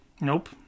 Nope